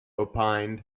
opined